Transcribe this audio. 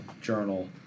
journal